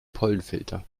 pollenfilter